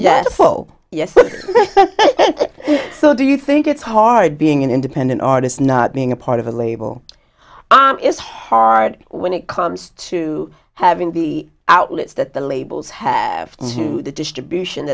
yes oh yes so do you think it's hard being an independent artist not being a part of a label is hard when it comes to having the outlets that the labels have to the distribution